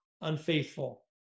unfaithful